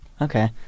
Okay